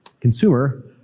consumer